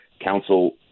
council